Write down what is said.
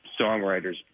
songwriters